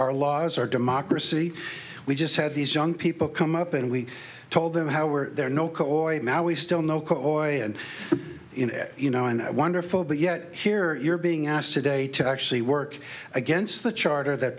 our laws our democracy we just had these young people come up and we told them how were there no coit now we still know koyo and you know and wonderful but yet here you're being asked today to actually work against the charter that